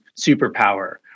superpower